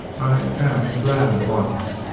i am glad on t.